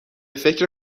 فکر